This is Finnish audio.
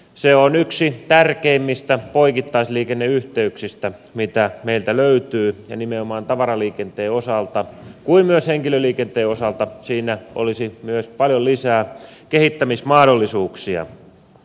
se on yksi tärkeimmistä poikittaisliikenneyhteyksistä mitä meiltä löytyy ja nimenomaan tavaraliikenteen osalta kuin myös henkilöliikenteen osalta siinä olisi myös paljon lisää kehittämismahdollisuuksia